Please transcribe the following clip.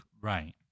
Right